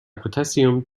potassium